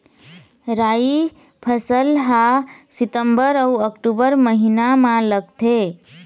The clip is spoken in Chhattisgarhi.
राई फसल हा सितंबर अऊ अक्टूबर महीना मा लगथे